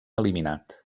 eliminat